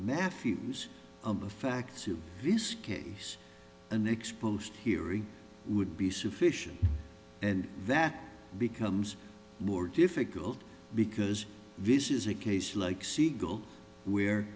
matthews the facts in this case an exposed hearing would be sufficient and that becomes more difficult because this is a case like segal where